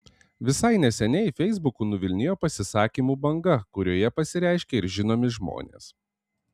visai neseniai feisbuku nuvilnijo pasisakymų banga kurioje pasireiškė ir žinomi žmonės